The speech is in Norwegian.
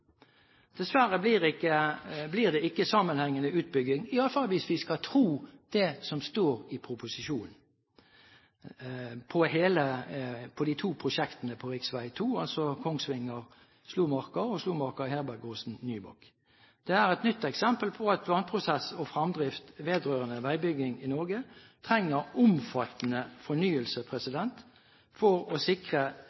Dessverre blir det ikke sammenhengende utbygging – i hvert fall hvis vi skal tro det som står i proposisjonen – på de to prosjektene på rv. 2, altså Kongsvinger–Slomarka og Slomarka–Herbergåsen–Nybakk. Det er et nytt eksempel på at planprosess og fremdrift vedrørende veibygging i Norge trenger omfattende fornyelse